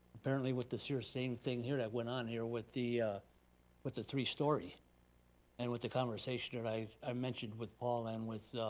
apparently with this here, same thing here that went on here with the with the three story and with the conversation that i i mentioned with paul and with